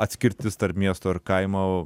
atskirtis tarp miesto ir kaimo